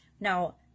Now